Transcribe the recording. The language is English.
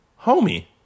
homie